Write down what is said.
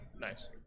nice